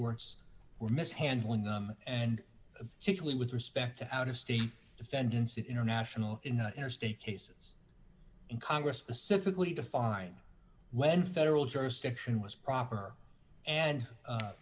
courts were mishandling them and typically with respect to out of steam defendants international interstate cases in congress specifically define when federal jurisdiction was proper and